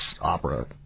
opera